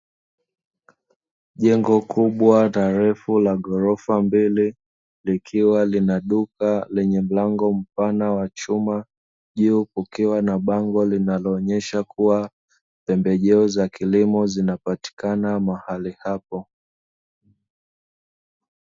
Jengo kubwa na refu la ghorofa mbili, likiwa lina duka lenye mlango mpana wa chuma, juu kukiwa na bango lililoonyesha kuwa pembejeo za kilimo zinapatikana mahali hapa.